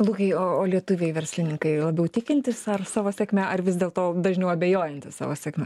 lukai o o lietuviai verslininkai labiau tikintys ar savo sėkme ar vis dėlto dažniau abejojantys savo sėkme